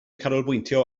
canolbwyntio